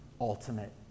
ultimate